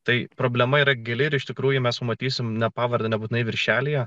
tai problema yra gili ir iš tikrųjų mes matysime pavardę nebūtinai viršelyje